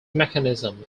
mechanism